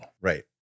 right